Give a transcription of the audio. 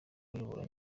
uyoboye